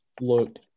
looked